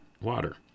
water